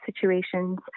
situations